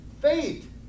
faith